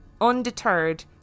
Undeterred